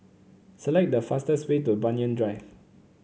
select the fastest way to Banyan Drive